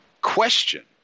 question